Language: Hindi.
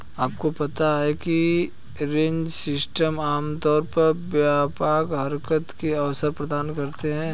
आपको पता है फ्री रेंज सिस्टम आमतौर पर व्यापक हरकत के अवसर प्रदान करते हैं?